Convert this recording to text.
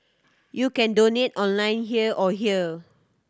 you can donate online here or here